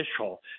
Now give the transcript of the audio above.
official